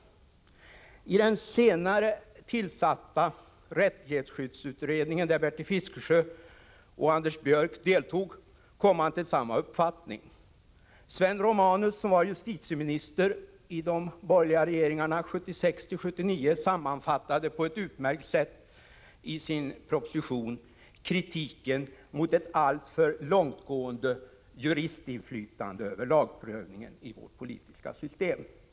Den senare tillsatta rättighetsskyddsutredningen, där Bertil Fiskesjö och Anders Björck deltog, kom till samma uppfattning. Sven Romanus, som var justitieminister i de borgerliga regeringarna 1976-1979, sammanfattade på ett utmärkt sätt i sin proposition kritiken mot ett alltför långtgående juristinflytande över lagprövning i vårt politiska system.